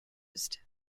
used